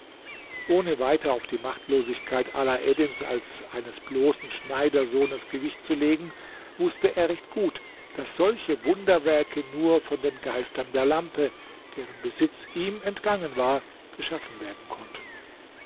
ohne weiter auf die machtlosigkeit alaeddins als eines bloßen schneidersohnes gewicht zu legen wußte er recht gut daß solche wunderwerke nur von den geistern der lampe deren besitz ihm entgangen war geschaffen werden konnten